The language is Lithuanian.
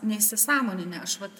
neįsisąmoninę aš vat